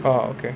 orh okay